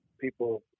people